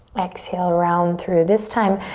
exhale, round through. this time,